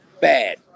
bad